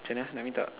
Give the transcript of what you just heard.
macam mana nak minta